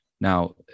Now